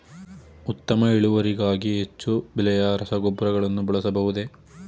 ಉತ್ತಮ ಇಳುವರಿಗಾಗಿ ಹೆಚ್ಚು ಬೆಲೆಯ ರಸಗೊಬ್ಬರಗಳನ್ನು ಬಳಸಬಹುದೇ?